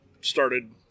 Started